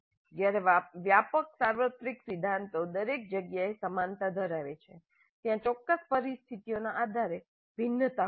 જ્યારે વ્યાપક સાર્વત્રિક સિદ્ધાંતો દરેક જગ્યાએ સમાનતા ધરાવે છે ત્યાં ચોક્કસ પરિસ્થિતિઓના આધારે ભિન્નતા હોય છે